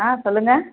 ஆ சொல்லுங்க